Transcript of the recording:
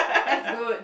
that's good